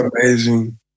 amazing